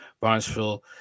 Barnesville